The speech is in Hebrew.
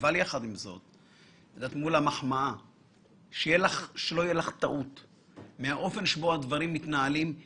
עולה על משהו או לא עולה על משהו.